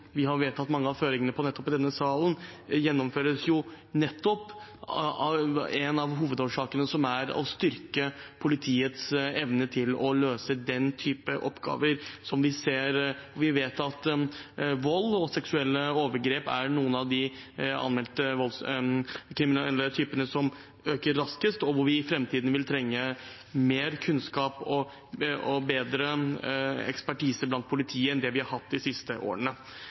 vi har vedtatt mange av føringene for i denne salen, gjennomføres nettopp av en av hovedårsakene, som er å styrke politiets evne til å løse den typen oppgaver. Vi vet at vold og seksuelle overgrep er noen av de voldstypene som øker raskest og der vi i framtiden vil trenge mer kunnskap og bedre ekspertise i politiet enn vi har hatt de siste årene.